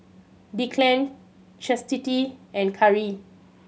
Declan Chastity and Khari